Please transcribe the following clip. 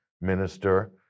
minister